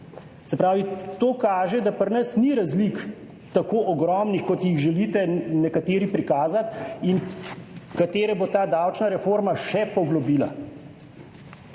to kaže, da pri nas ni razlik tako ogromnih, kot jih želite nekateri prikazati in katere bo ta davčna reforma še poglobila.